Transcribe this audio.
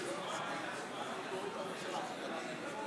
אם כן, ההצבעה הסתיימה.